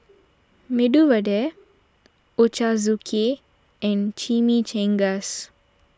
Medu Vada Ochazuki and Chimichangas